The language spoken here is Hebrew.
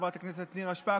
חברת הכנסת נירה שפק,